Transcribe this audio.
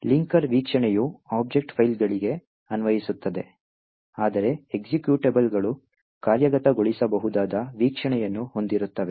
linker ವೀಕ್ಷಣೆಯು object ಫೈಲ್ಗಳಿಗೆ ಅನ್ವಯಿಸುತ್ತದೆ ಆದರೆ ಎಕ್ಸಿಕ್ಯೂಟಬಲ್ಗಳು ಕಾರ್ಯಗತಗೊಳಿಸಬಹುದಾದ ವೀಕ್ಷಣೆಯನ್ನು ಹೊಂದಿರುತ್ತವೆ